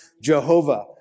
Jehovah